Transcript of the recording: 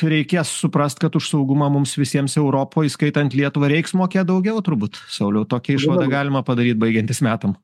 reikės suprast kad už saugumą mums visiems europoj įskaitant lietuvą reiks mokėt daugiau turbūt sauliau tokią išvadą galima padaryt baigiantis metam